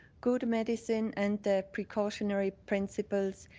good medicine and the precautionary principles.